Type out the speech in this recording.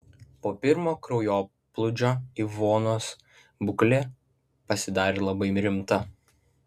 po pirmo kraujoplūdžio ivonos būklė pasidarė labai rimta